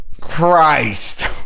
Christ